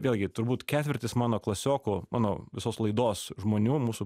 vėlgi turbūt ketvirtis mano klasiokų mano visos laidos žmonių mūsų